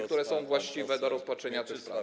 które są właściwe do rozpatrzenia tych spraw.